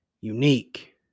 unique